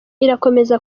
irakomeza